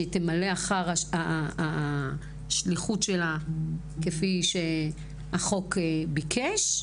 שהיא תמלא אחר השליחות שלה כפי שהחוק ביקש,